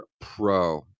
Pro